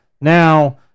Now